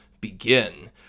begin